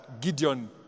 Gideon